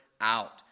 out